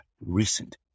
recent